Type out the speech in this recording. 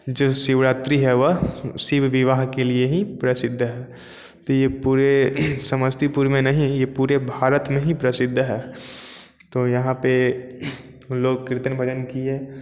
जैसे शिवरात्री है वह शिव विवाह के लिए ही प्रसिद्ध है तो ये पूरे समस्तीपुर में नहीं ये पूरे भारत में ही प्रसिद्ध है तो यहाँ पे लोग कीर्तन भजन किए